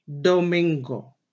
domingo